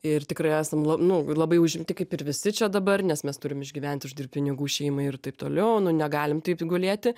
ir tikrai esam la nu labai užimti kaip ir visi čia dabar nes mes turim išgyvent uždirbt pinigų šeimai ir taip toliau nu negalim taip gulėti